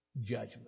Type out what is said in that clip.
judgment